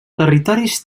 territoris